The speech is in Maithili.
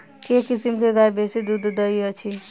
केँ किसिम केँ गाय बेसी दुध दइ अछि?